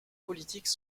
politiques